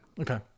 Okay